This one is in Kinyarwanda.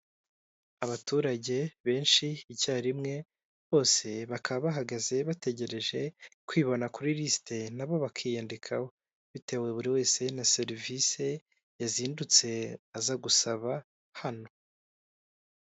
Abaturage benshi icyarimwe bose bakaba bahagaze bategereje kwibona kuri risite nabo bakiyandikaho, bitewe buri wese na serivise yazindutse aza gusaba hano.